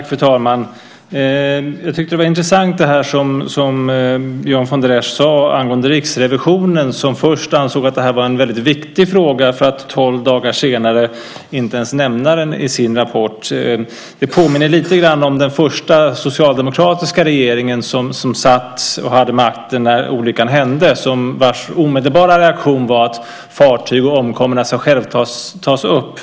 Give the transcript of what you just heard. Fru talman! Jag tyckte att det var intressant att höra det som Björn von der Esch sade angående Riksrevisionen som först ansåg att detta var en väldigt viktig fråga för att tolv dagar senare inte ens nämna den i sin rapport. Det påminner lite grann om den första socialdemokratiska regeringen som hade makten när olyckan hände och vars omedelbara reaktion var att fartyg och omkomna självfallet skulle tas upp.